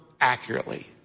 accurately